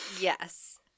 Yes